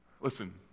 Listen